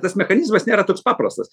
tas mechanizmas nėra toks paprastas